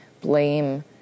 blame